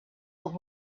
old